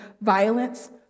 violence